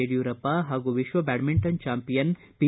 ಯಡಿಯೂರಪ್ಪ ಹಾಗೂ ವಿಶ್ವ badminton champion P